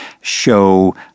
show